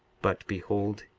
but behold,